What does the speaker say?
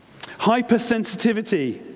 hypersensitivity